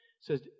says